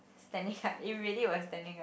standing up it really was standing up